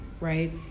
right